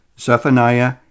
Zephaniah